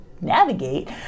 navigate